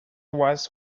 was